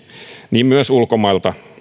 niin myös ulkomailta